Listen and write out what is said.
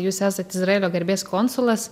jūs esat izraelio garbės konsulas